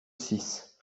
six